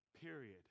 period